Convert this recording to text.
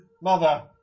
Mother